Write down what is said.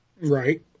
Right